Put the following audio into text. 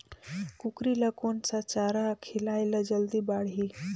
कूकरी ल कोन सा चारा खिलाय ल जल्दी बाड़ही?